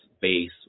base